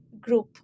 group